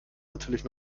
natürlich